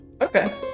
Okay